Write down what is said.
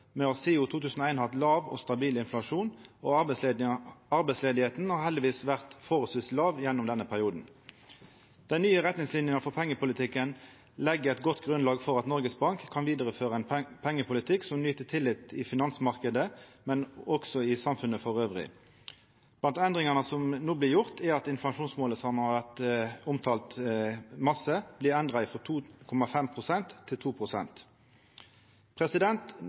Me har sidan 2001 hatt låg og stabil inflasjon, og arbeidsløysa har heldigvis vore forholdsvis låg i denne perioden. Dei nye retningslinjene for pengepolitikken legg eit godt grunnlag for at Noregs Bank kan vidareføra ein pengepolitikk som nyter tillit i finansmarknaden og i samfunnet elles. Blant endringane som no blir gjorde, er at inflasjonsmålet, som har vore mykje omtalt, blir endra frå 2,5 pst. til